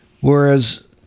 Whereas